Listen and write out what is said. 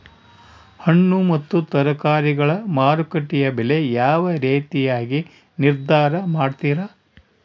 ಹಣ್ಣು ಮತ್ತು ತರಕಾರಿಗಳ ಮಾರುಕಟ್ಟೆಯ ಬೆಲೆ ಯಾವ ರೇತಿಯಾಗಿ ನಿರ್ಧಾರ ಮಾಡ್ತಿರಾ?